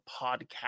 Podcast